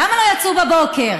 למה לא יצאו בבוקר?